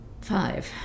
Five